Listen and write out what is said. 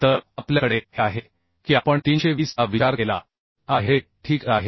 तर आपल्याकडे हे आहे की आपण 320 चा विचार केला आहे ठीक आहे